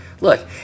look